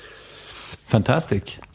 Fantastic